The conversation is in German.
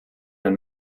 ein